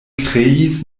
kreis